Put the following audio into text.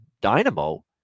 dynamo